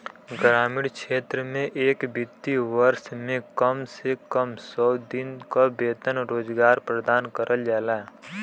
ग्रामीण क्षेत्र में एक वित्तीय वर्ष में कम से कम सौ दिन क वेतन रोजगार प्रदान करल जाला